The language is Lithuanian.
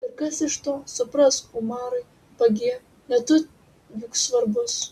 ir kas iš to suprask umarai vagie ne tu juk svarbus